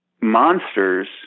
monsters